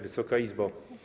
Wysoka Izbo!